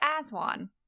Aswan